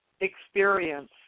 experience